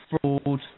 fraud